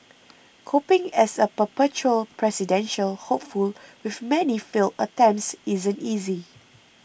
coping as a perpetual presidential hopeful with many failed attempts isn't easy